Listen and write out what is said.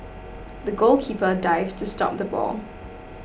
the goalkeeper dived to stop the ball